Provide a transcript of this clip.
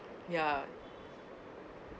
ya